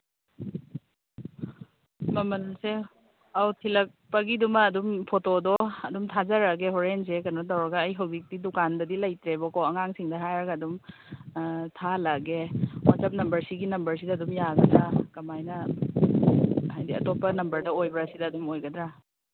ꯃꯃꯜꯁꯦ ꯑꯧ ꯊꯤꯜꯂꯛꯄꯒꯤꯗꯨꯃ ꯑꯗꯨꯝ ꯐꯣꯇꯣꯗꯣ ꯑꯗꯨꯝ ꯊꯥꯖꯔꯛꯑꯒꯦ ꯍꯣꯔꯦꯟꯁꯦ ꯀꯩꯅꯣ ꯇꯧꯔꯒ ꯑꯩ ꯍꯧꯖꯤꯛꯇꯤ ꯗꯨꯀꯥꯟꯗꯗꯤ ꯂꯩꯇ꯭ꯔꯦꯕꯀꯣ ꯑꯉꯥꯡꯁꯤꯡꯗ ꯍꯥꯏꯔꯒ ꯑꯗꯨꯝ ꯊꯥꯍꯜꯂꯛꯑꯒꯦ ꯋꯥꯆꯞ ꯅꯝꯕꯔ ꯁꯤꯒꯤ ꯅꯝꯕꯔꯁꯤꯗ ꯑꯗꯨꯝ ꯌꯥꯒꯗ꯭ꯔꯥ ꯀꯃꯥꯏꯅ ꯍꯥꯏꯗꯤ ꯑꯇꯣꯞꯄ ꯅꯝꯕꯔꯗ ꯑꯣꯏꯕ꯭ꯔꯥ ꯁꯤꯗ ꯑꯗꯨꯝ ꯑꯣꯏꯒꯗ꯭ꯔꯥ